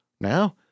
Now